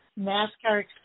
NASCAR